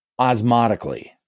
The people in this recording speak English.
osmotically